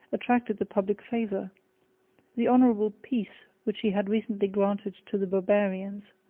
attracted the public favor the honorable peace which he had recently granted to the barbarians,